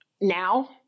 now